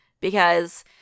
because-